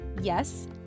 Yes